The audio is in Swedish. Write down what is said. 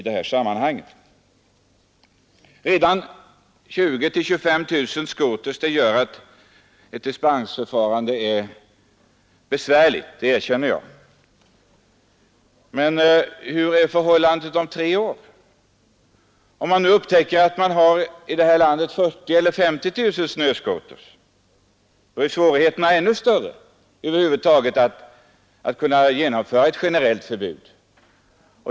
Redan om det finns 20 000-25 000 skotrar är ett dispensförfarande besvärligt, det erkänner jag. Men hurdant är förhållandet om tre år? Om man då upptäcker att vi i det här landet har 40 000 eller 50 000 snöskotrar är svårigheterna ännu större att genomföra ett generellt förbud.